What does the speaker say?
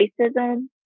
racism